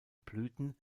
blüten